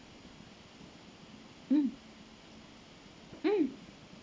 mm mm